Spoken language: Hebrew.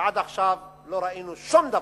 ועד עכשיו לא ראינו שום דבר,